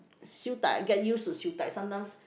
Siew Dai I get used to Siew Dai sometimes